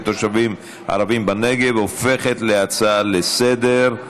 תושבים ערבים בנגב הופכת להצעה לסדר-היום.